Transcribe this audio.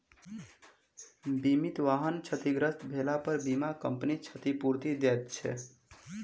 बीमित वाहन क्षतिग्रस्त भेलापर बीमा कम्पनी क्षतिपूर्ति दैत छै